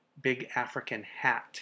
BigAfricanHat